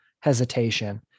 hesitation